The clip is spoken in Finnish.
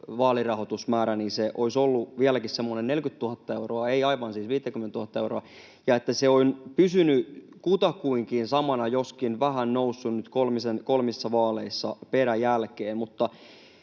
vaalirahoitusmäärä olisi ollut vieläkin semmoinen 40 000 euroa, ei siis aivan 50 000:ta euroa, ja se on pysynyt kutakuinkin samana, joskin vähän noussut nyt kolmissa vaaleissa peräjälkeen. Mutta